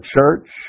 church